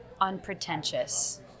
unpretentious